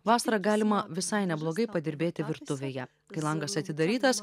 vasarą galima visai neblogai padirbėti virtuvėje kai langas atidarytas